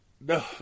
No